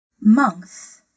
month